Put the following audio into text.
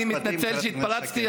אני מתנצל שהתפרצתי,